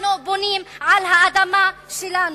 אנחנו בונים על האדמה שלנו.